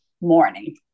morning